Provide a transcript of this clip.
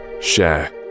share